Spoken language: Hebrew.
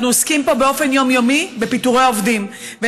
אנחנו עוסקים פה באופן יומיומי בפיטורי עובדים.